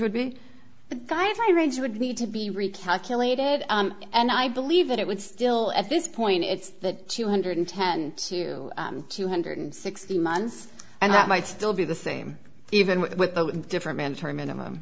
would need to be recalculated and i believe that it would still at this point it's that two hundred and twelve thousand two hundred and sixty months and that might still be the same even with the different mandatory minimum